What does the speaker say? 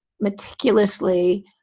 meticulously